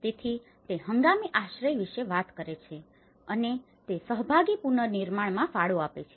તેથી તે હંગામી આશ્રય વિશે વાત કરે છે અને તે સહભાગી પુનર્નિર્માણમાં ફાળો આપે છે